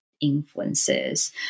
Influences